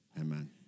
amen